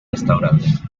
restaurantes